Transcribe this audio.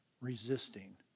resisting